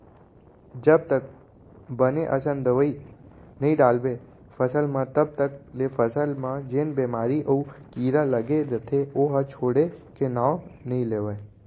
जब तक बने असन दवई नइ डालबे फसल म तब तक ले फसल म जेन बेमारी अउ कीरा लगे रइथे ओहा छोड़े के नांव नइ लेवय